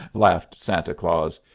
laughed santa claus.